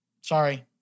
Sorry